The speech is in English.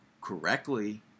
correctly